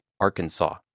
Arkansas